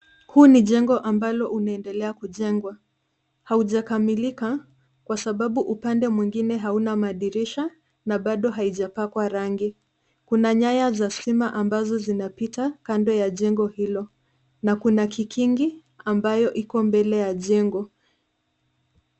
Huu ni jengo ambalo unaendelea kujengwa. Haujakamilika kwa sababu upande mwingine hauna madirisha na bado haijapakwa rangi. Kuna nyaya za stima ambazo zinapita kando ya jengo hilo na kuna kikingi ambayo iko mbele ya jengo.